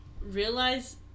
realize